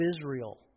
Israel